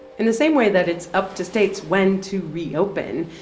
in the same way that it's up to states when to reopen,